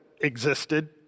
existed